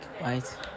right